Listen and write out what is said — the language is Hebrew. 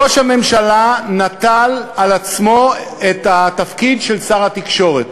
ראש הממשלה נטל על עצמו את התפקיד של שר התקשורת.